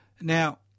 Now